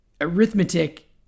arithmetic